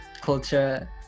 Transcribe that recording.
culture